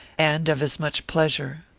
and of as much pleasure.